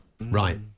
right